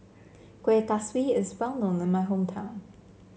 Kuih Kaswi is well known in my hometown